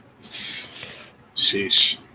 Sheesh